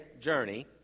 journey